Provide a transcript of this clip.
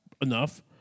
enough